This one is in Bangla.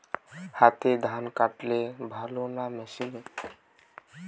হাতে ধান কাটলে ভালো না মেশিনে?